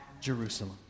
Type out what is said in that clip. Jerusalem